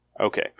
Okay